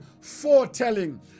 foretelling